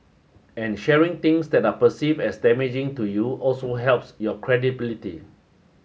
and sharing things that are perceived as damaging to you also helps your credibility